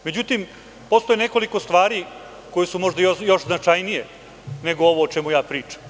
Međutim, postoji nekoliko stvari koje su možda još značajnije nego ovo o čemu ja pričam.